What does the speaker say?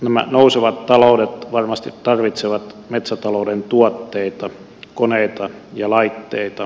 nämä nousevat taloudet varmasti tarvitsevat metsätalouden tuotteita koneita ja laitteita